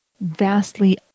vastly